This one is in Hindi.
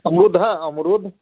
अमरुद है अमरुद